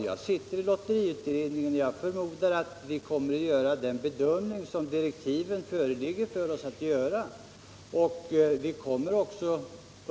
Jag sitter i lotteriutredningen, och jag förmodar att vi inom den kommer att göra den bedömning som direktiven förelägger oss att göra.